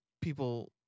people